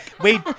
Wait